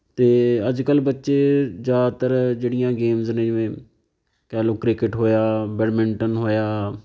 ਅਤੇ ਅੱਜ ਕੱਲ੍ਹ ਬੱਚੇ ਜ਼ਿਆਦਾਤਰ ਜਿਹੜੀਆਂ ਗੇਮਸ ਨੇ ਜਿਵੇਂ ਕਹਿ ਲਉ ਕ੍ਰਿਕਟ ਹੋਇਆ ਬੈਡਮਿੰਟਨ ਹੋਇਆ